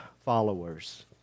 followers